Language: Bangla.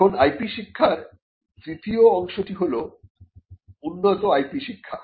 এখন IP শিক্ষার তৃতীয় অংশটি হলো উন্নত IP শিক্ষা